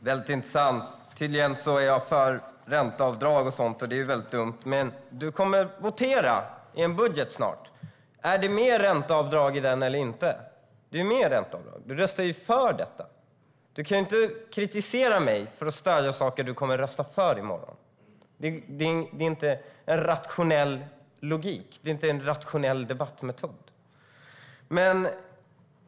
Herr talman! Det är väldigt intressant - tydligen är jag för ränteavdrag och sådant, och det är väldigt dumt. Men du kommer att votera om en budget snart, Christina Höj Larsen. Är det mer ränteavdrag i den eller inte? Det är ju mer ränteavdrag, och du röstar för det. Du kan inte kritisera mig för att jag stöder saker du kommer att rösta för i morgon. Det är inte en rationell logik och inte en rationell debattmetod.